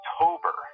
October